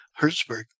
Hertzberg